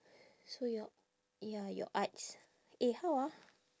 so your ya your arts eh how ah